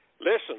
Listen